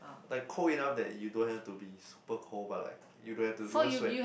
like cold enough that you don't have to be super cold but like you don't have to you won't sweat